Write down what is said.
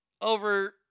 over